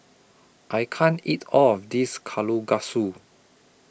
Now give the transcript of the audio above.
I can't eat All of This Kalguksu